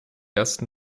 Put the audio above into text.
ersten